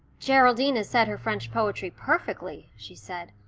geraldine has said her french poetry perfectly, she said.